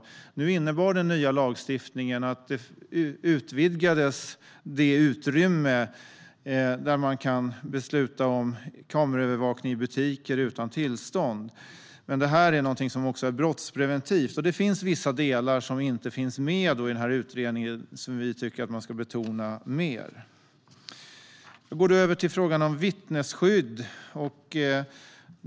Den nya lagstiftningen innebar att utrymmet för att besluta om kameraövervakning i butiker utan tillstånd utvidgades. Men det här är också brottspreventivt. Vissa delar finns inte med i utredningen, och vi tycker att de ska betonas mer. Jag går över till frågan om vittnesskydd.